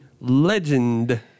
legend